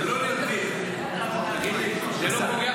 תגיד לי, זה לא פוגע